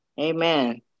Amen